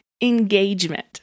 engagement